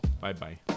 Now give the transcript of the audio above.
Bye-bye